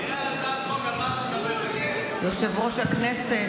יושב-ראש הישיבה,